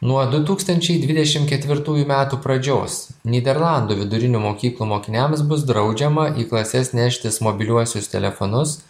nuo du tūkstančiai dvidešim ketvirtųjų metų pradžios nyderlandų vidurinių mokyklų mokiniams bus draudžiama į klases neštis mobiliuosius telefonus